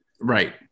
Right